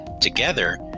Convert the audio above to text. Together